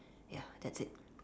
ya that's it